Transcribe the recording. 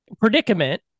predicament